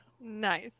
Nice